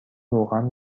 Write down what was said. روغن